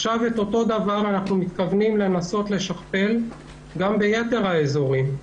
את אותו דבר אנחנו מתכוונים לנסות לשכפל גם ביתר האזורים.